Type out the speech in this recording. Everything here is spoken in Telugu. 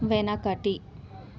వెనకటి